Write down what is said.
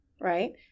right